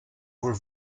were